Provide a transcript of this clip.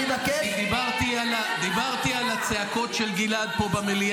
התמונות של החטופים הן לא פרובוקציה.